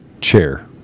chair